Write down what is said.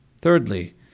Thirdly